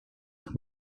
were